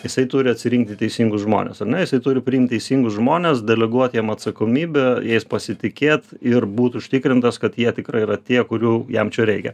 jisai turi atsirinkti teisingus žmones ar ne jisai turi priimt teisingus žmones deleguot jiem atsakomybę jais pasitikėt ir būt užtikrintas kad jie tikrai yra tie kurių jam čia reikia